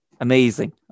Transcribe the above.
Amazing